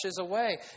away